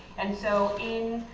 and so in,